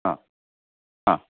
ആ